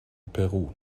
peru